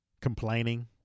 Complaining